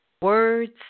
Words